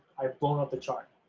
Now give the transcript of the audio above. i have blown up the chart.